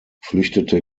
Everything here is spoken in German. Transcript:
flüchtete